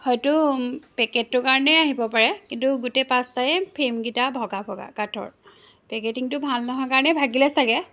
হয়তো পেকেটটোৰ কাৰণে আহিব পাৰে কিন্তু গোটেই পাঁচটায়েই ফ্ৰেমকেইটা ভগা ভগা কাঠৰ পেকেটিংটো ভাল নহয় কাৰণেই ভাগিলে চাগে